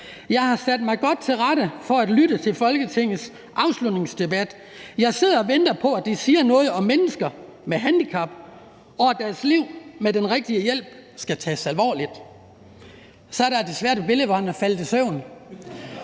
Jeg har sat mig godt til rette for at lytte til Folketingets afslutningsdebat. Jeg sidder og venter på, at de siger noget om mennesker med handicap, og at deres liv med den rigtige hjælp skal tages alvorligt. Så er der desværre et billede, hvor han er faldet i søvn;